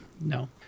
no